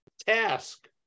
task